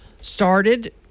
started